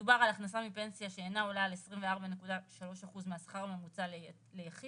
מדובר על הכנסה מפנסיה שאינה עולה על 24.3% מהשכר הממוצע ליחיד